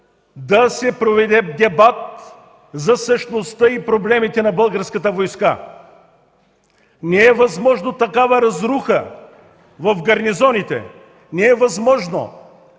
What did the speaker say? да се проведе дебат за същността и проблемите на българската войска! Не е възможно такава разруха в гарнизоните! Не е възможно